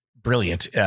brilliant